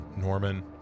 Norman